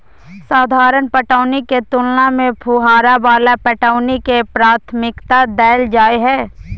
साधारण पटौनी के तुलना में फुहारा वाला पटौनी के प्राथमिकता दैल जाय हय